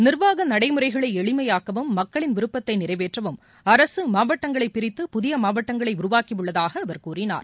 நிர்வாகநடைமுறைகளைஎளிமையாக்கவும் மக்களின் விருப்பத்தைநிறைவேற்றவும் அரசுமாவட்டங்களைபிரித்து புதியமாவட்டங்களைஉருவாக்கியுள்ளதாகஅவர் கூறினார்